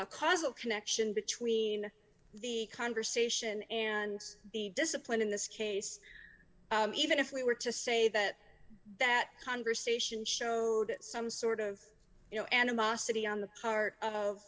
a cause of connection between the conversation and the discipline in this case even if we were to say that that conversation showed some sort of you know animosity on the part of